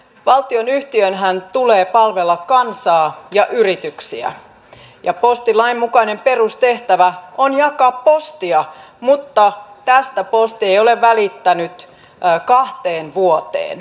valtionyhtiönhän tulee palvella kansaa ja yrityksiä ja postilain mukainen perustehtävä on jakaa postia mutta tästä posti ei ole välittänyt kahteen vuoteen